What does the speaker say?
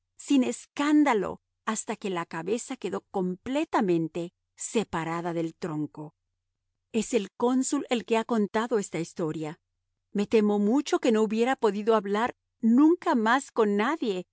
sin escándalo hasta que la cabeza quedó completamente separada del tronco es el cónsul el que ha contado esta historia me temo mucho que no hubiera podido hablar nunca más con nadie